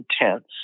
intense